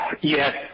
Yes